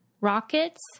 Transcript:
rockets